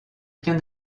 bien